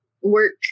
work